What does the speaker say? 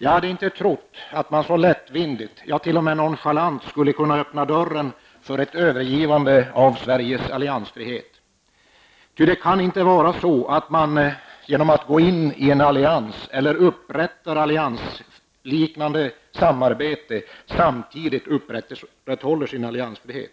Jag hade inte trott att man så lättvindigt, ja t.o.m. nonchalant, skulle kunna öppna dörren för ett övergivande av Sveriges alliansfrihet. Det kan inte vara så att man genom att gå in i en allians eller upprätta ett alliansliknande samarbete samtidigt kan upprätthålla sin alliansfrihet.